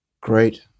Great